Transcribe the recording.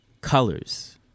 colors